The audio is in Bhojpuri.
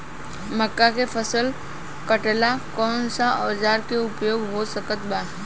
मक्का के फसल कटेला कौन सा औजार के उपयोग हो सकत बा?